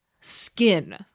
Skin